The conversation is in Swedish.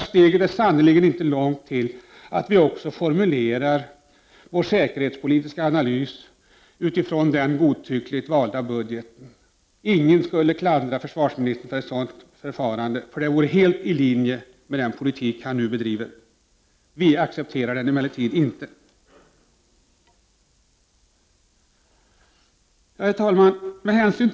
Steget är sannerligen inte långt till att vi också skall formulera vår säkerhetspolitiska analys utifrån den godtyckligt valda budgeten. Ingen skulle klandra försvarsministern för ett sådant förfarande, eftersom det ligger helt i linje med den politik han nu bedriver. Vi accepterar emellertid inte den. Herr talman!